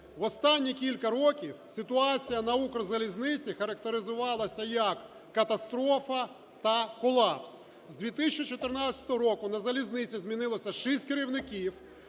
в останні кілька років ситуація на "Укрзалізниці" характеризувалася як катастрофа та колапс. З 2014 року на залізниці змінилося шість керівників,